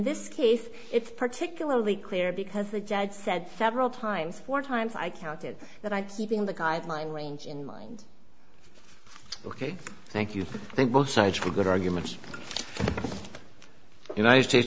this case it's particularly clear because the judge said several times four times i counted that i keeping the guideline range in mind ok thank you i think both sides are good arguments